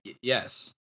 yes